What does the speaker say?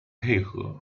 配合